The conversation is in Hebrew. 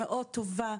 מאוד טובה.